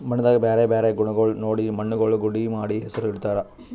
ಮಣ್ಣದಾಗ್ ಬ್ಯಾರೆ ಬ್ಯಾರೆ ಗುಣಗೊಳ್ ನೋಡಿ ಮಣ್ಣುಗೊಳ್ ಗುಡ್ಡಿ ಮಾಡಿ ಹೆಸುರ್ ಇಡತ್ತಾರ್